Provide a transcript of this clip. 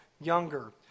younger